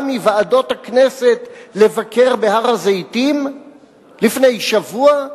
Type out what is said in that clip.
מוועדות הכנסת לבקר בהר-הזיתים לפני שבוע,